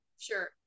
Sure